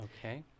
Okay